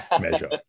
measure